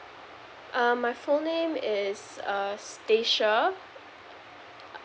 uh my full name is uh stacia